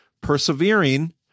persevering